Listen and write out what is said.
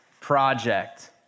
project